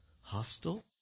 hostile